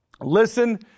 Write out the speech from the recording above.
listen